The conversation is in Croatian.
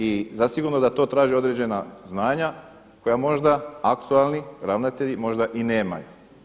I zasigurno da to traži određena znanja koja možda aktualni ravnatelji možda i nemaju.